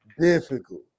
difficult